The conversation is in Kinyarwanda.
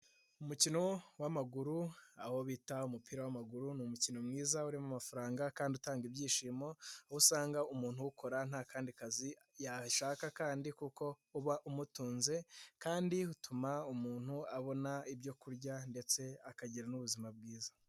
Umukino w'amaguru aho bita umupira w'amaguru, ni umukino mwiza urimo amafaranga kandi utanga ibyishimo, aho usanga umuntu uwukora nta kandi kazi yashaka kandi kuko uba umutunze kandi utuma umuntu abona ibyo kurya ndetse akagira n'ubuzima bwiza.